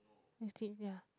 ya